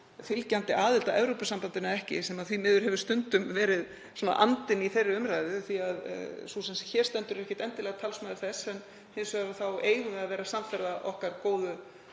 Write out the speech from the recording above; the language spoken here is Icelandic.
fylgjandi aðild að Evrópusambandinu eða ekki, sem því miður hefur stundum verið andinn í þeirri umræðu. Sú sem hér stendur er ekkert endilega talsmaður þess en hins vegar eigum við að vera samferða okkar góðu